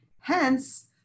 hence